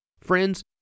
Friends